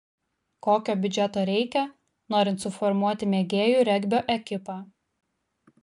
kokio biudžeto reikia norint suformuoti mėgėjų regbio ekipą